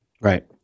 Right